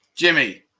Jimmy